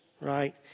right